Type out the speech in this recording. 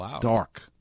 dark